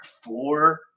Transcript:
four